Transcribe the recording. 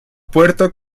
puerto